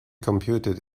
computed